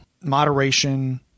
moderation